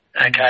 Okay